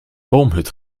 boomhut